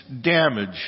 damage